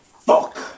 Fuck